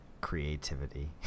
creativity